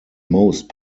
most